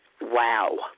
wow